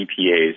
EPA's